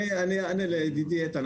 אני אענה לידידי איתן.